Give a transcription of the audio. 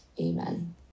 amen